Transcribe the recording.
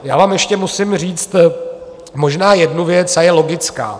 Já vám ještě musím říct možná jednu věc, a je logická.